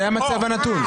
זה המצב הנתון.